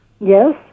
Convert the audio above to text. Yes